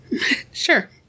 Sure